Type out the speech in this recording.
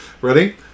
Ready